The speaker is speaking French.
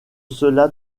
cela